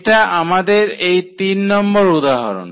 এটা আমাদের তিন নম্বর উদাহরণ